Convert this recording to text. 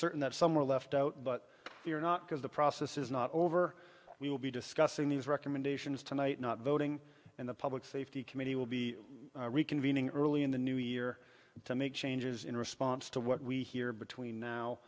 certain that some were left out but they are not because the process is not over we will be discussing these recommendations tonight not voting and the public safety committee will be reconvening early in the new year to make changes in response to what we hear between now